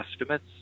estimates